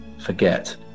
forget